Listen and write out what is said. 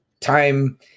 Time